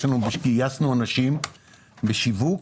גייסנו אנשים לשיווק.